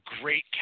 great